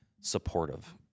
supportive